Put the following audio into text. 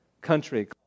country